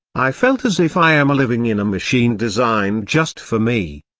i felt as if i am living in a machine designed just for me.